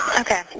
ok.